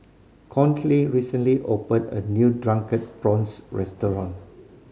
Conley recently opened a new Drunken Prawns restaurant